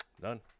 Done